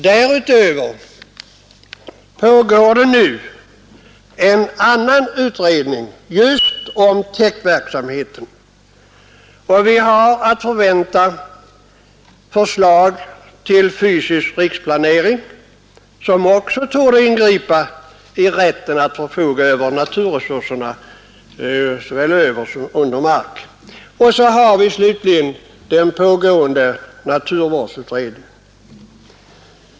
Därutöver pågår för närvarande en annan utredning om täktverksamheten, och vidare har vi att förvänta förslag till fysisk riksplanering som också torde ingripa i rätten att förfoga över naturresurserna såväl över som under mark. Slutligen har vi den pågående naturvårdsutredningen.